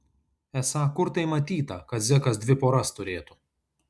esą kur tai matyta kad zekas dvi poras turėtų